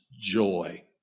joy